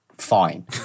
fine